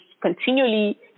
continually